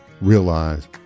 realize